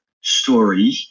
story